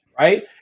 right